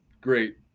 great